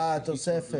אהה, התוספת.